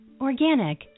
Organic